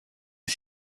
les